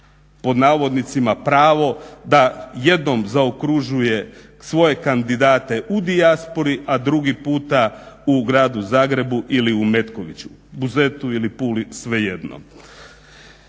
ne daju se "pravo" da jednom zaokružuje svoje kandidate u dijaspori, a drugi puta u Gradu Zagrebu ili u Metkoviću, Buzetu ili Puli, svejedno.